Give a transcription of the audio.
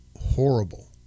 horrible